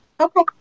Okay